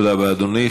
תודה רבה, אדוני.